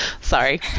Sorry